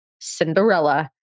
Cinderella